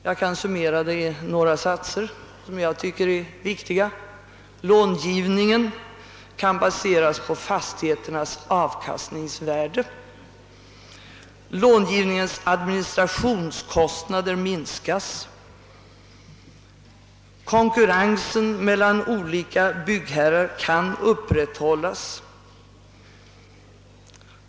Jag kan summera det i några satser, som jag tycker är viktiga: långivningen kan baseras på fastigheternas avkastningsvärde, långivningens administrationskostnader minskas, och konkurrensen mellan olika byggherrar kan upprätthållas.